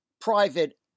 private